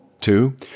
Two